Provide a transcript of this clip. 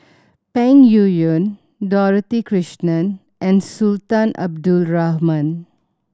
Peng Yuyun Dorothy Krishnan and Sultan Abdul Rahman